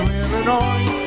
Illinois